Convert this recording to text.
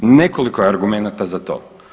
Nekoliko je argumenata za to.